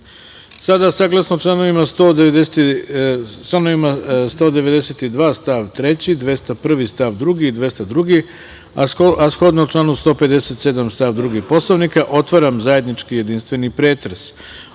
utorak. Saglasno članovima 192. stav 3, 201. stav 2. i 202, a shodno članu 157. stav 2. Poslovnika, otvaram zajednički jedinstveni pretres